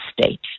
state